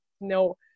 no